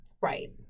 Right